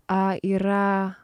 a yra